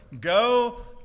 go